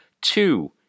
two